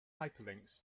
hyperlinks